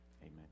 Amen